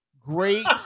great